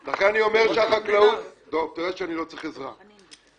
רגע, אני אגיב, אתה יודע שאני לא צריך עזרה דב.